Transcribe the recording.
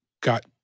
got